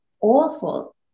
awful